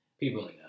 People